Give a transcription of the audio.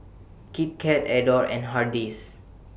Kit Kat Adore and Hardy's